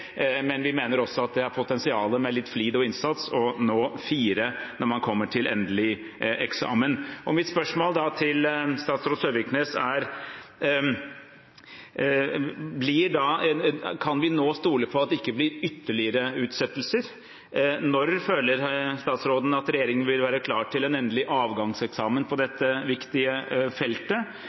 men vi mener også at det er potensial, med litt flid og innsats, til å nå en firer når man kommer til endelig eksamen. Mitt spørsmål til statsråd Søviknes er: Kan vi nå stole på at det ikke blir ytterligere utsettelser? Når føler statsråden at regjeringen vil være klar til en endelig avgangseksamen på dette viktige feltet?